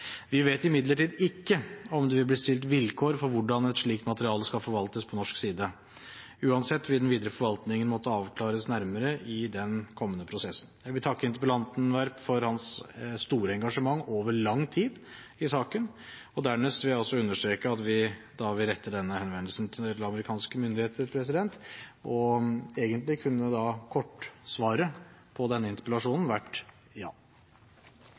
Vi vet imidlertid ikke om det vil bli stilt vilkår for hvordan et slikt materiale skal forvaltes på norsk side. Uansett vil den videre forvaltningen måtte avklares nærmere i den kommende prosessen. Jeg vil takke interpellanten Werp for hans store engasjement over lang tid i saken, og dernest vil jeg også understreke at vi vil rette denne henvendelsen til amerikanske myndigheter. Egentlig kunne da kortsvaret på denne interpellasjonen